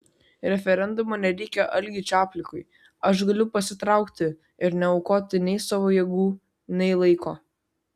referendumo nereikia algiui čaplikui aš galiu pasitraukti ir neaukoti nei savo jėgų nei laiko